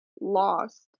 lost